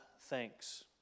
thanks